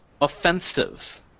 offensive